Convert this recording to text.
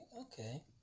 okay